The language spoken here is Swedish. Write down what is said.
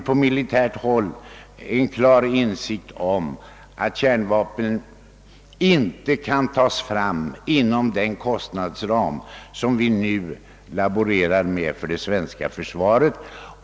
På militärt håll finns redan en insikt om att kärnvapen inte kan utvecklas inom den kostnadsram, som vi nu arbetar med inom det svenska försvaret.